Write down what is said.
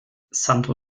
santo